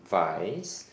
vice